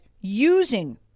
using